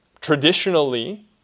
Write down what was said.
traditionally